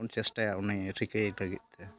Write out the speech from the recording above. ᱪᱮᱥᱴᱟᱭᱟ ᱩᱱᱤ ᱨᱤᱠᱟᱹᱭᱮ ᱞᱟᱹᱜᱤᱫᱛᱮ